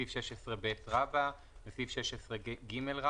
סעיף 16ב וסעיף 16 ג.